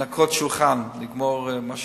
ולנקות שולחן, לגמור מה שיש,